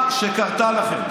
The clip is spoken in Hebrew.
שקרתה לכם.